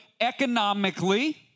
economically